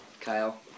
Kyle